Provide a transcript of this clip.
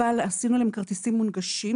אבל עשינו להם כרטיסים מונגשים.